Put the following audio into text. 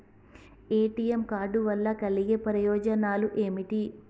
ATM card వల్ల కలిగే ప్రయోజనాలు ఏమిటి?